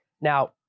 Now